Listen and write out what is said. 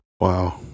Wow